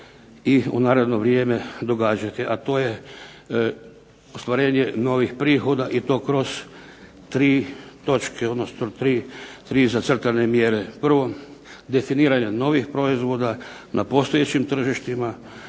i u naredno vrijeme događati, a to je ostvarenje novih prihoda i to kroz tri točke, odnosno tri zacrtane mjere. Prvo definiranja novih proizvoda na postojećim tržištima,